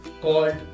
called